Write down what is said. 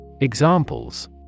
Examples